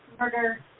murder